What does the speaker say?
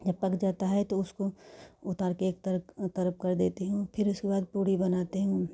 जब पक जाता है तो उसको उतार कर एक तरफ़ तरफ़ कर देती हूँ फ़िर उसके बाद पूड़ी बनाती हूँ